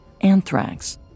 anthrax